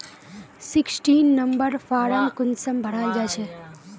Sixteen number form कुंसम भराल जाछे?